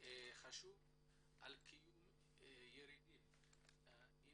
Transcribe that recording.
את החשיבות בקיום הירידים עם